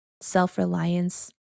self-reliance